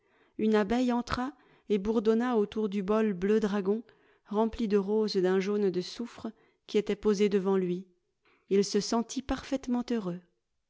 une abeille entra et bourdonna autour du bol bleu dragon rempli de roses d'un jaune de soufre qui était posé devant lui il se sentit parfaitement heureux